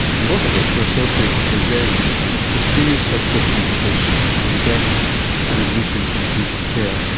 and both of which were associated, to varying extents, with serious surgical complications including death and admission to intensive care.